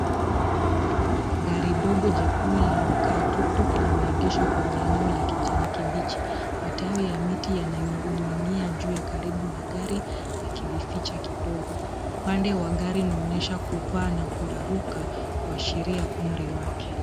Gari dogo jekundu linalo kaa tuktuk limeegeshwa kwenye eneo la kijani kibichi. Matawi ya miti yananing'inia juu ya karibu na gari yakijificha kidogo. Upande wa gari unaonyesha kupaa na kuraruka kuashiria umri wake.